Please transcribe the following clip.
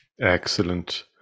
Excellent